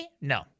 No